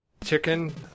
Chicken